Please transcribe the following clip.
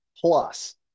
plus